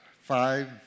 five